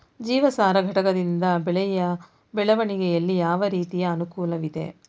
ಜೀವಸಾರ ಘಟಕದಿಂದ ಬೆಳೆಯ ಬೆಳವಣಿಗೆಯಲ್ಲಿ ಯಾವ ರೀತಿಯ ಅನುಕೂಲವಿದೆ?